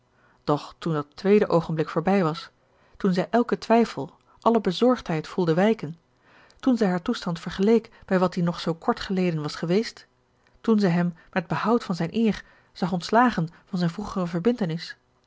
doch toen dat tweede oogenblik voorbij was toen zij elken twijfel alle bezorgdheid voelde wijken toen zij haar toestand vergeleek bij wat die nog zoo kort geleden was geweest toen zij hem met behoud van zijne eer zag ontslagen van zijn vroegere verbintenis